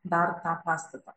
dar tą pastatą